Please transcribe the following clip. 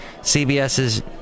CBS's